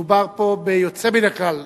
שמדובר פה ביוצא מן הכלל,